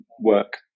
work